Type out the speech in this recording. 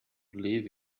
believe